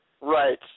Right